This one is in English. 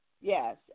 Yes